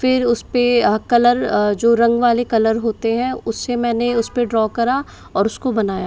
फिर उसपे कलर जो रंग वाले कलर होते है उससे मैंने उसपे ड्रा करा और उसको बनाया